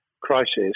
crisis